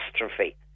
catastrophe